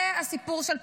זה הסיפור של פגרה.